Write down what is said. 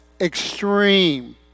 extreme